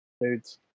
dudes